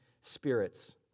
spirits